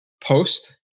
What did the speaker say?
post